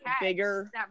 bigger